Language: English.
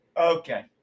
Okay